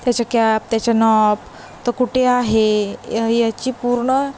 त्याच्या कॅप त्याच्या नॉब तो कुठे आहे य याची पूर्ण